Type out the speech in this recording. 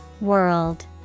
World